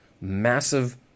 massive